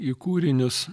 į kūrinius